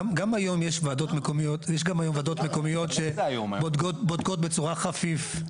גם היום יש ועדות מקומיות שבודקות בצורה חפיף,